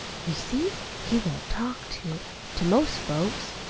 you see, he won't talk to to most folks.